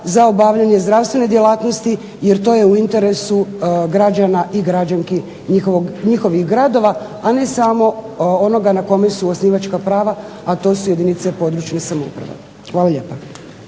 za obavljanje zdravstvene djelatnosti jer to je u interesu građana i građanki njihovih gradova, a ne samo onoga na kome su osnivačka prava, a to su jedinice područne samouprave. Hvala lijepa.